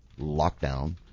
lockdown